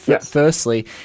firstly